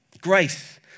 Grace